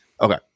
Okay